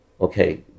Okay